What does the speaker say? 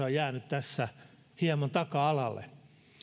on jäänyt tässä hieman taka alalle